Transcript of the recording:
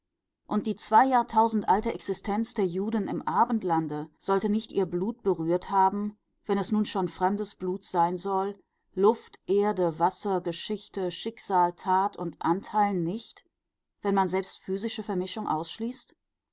und die zwei jahrtausend alte existenz der juden im abendlande sollte nicht ihr blut berührt haben wenn es nun schon fremdes blut sein soll luft erde wasser geschichte schicksal tat und anteil nicht wenn man selbst physische vermischung ausschließt